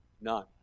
None